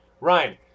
Ryan